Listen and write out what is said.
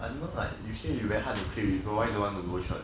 I know like you say very hard to click with people why don't want to go church